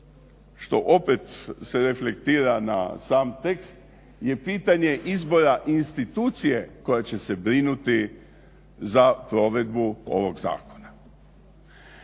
što opet se reflektira na sam tekst je pitanje izbora institucije koja će se brinuti za provedbu ovog Zakona.